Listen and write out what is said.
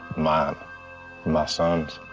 my my son's,